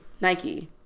nike